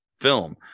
film